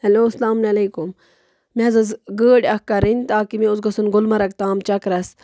hello سلامُن علیکُم مےٚ حظ ٲس گٲڑۍ اَکھ کَرٕنۍ تاکہِ مےٚ اوس گژھُن گُلمرگ تام چَکرَس